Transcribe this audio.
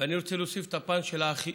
ואני רוצה להוסיף את הפן של האכיפה.